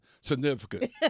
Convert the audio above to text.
significant